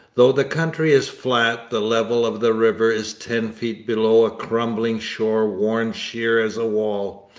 though the country is flat, the level of the river is ten feet below a crumbling shore worn sheer as a wall,